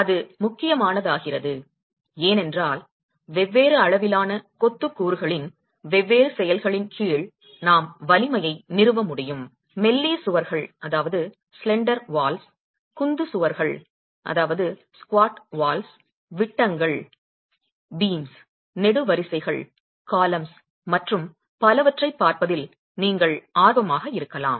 அது முக்கியமானதாகிறது ஏனென்றால் வெவ்வேறு அளவிலான கொத்து கூறுகளின் வெவ்வேறு செயல்களின் கீழ் நாம் வலிமையை நிறுவ முடியும் மெல்லிய சுவர்கள் குந்து சுவர்கள் விட்டங்கள் நெடுவரிசைகள் மற்றும் பலவற்றைப் பார்ப்பதில் நீங்கள் ஆர்வமாக இருக்கலாம்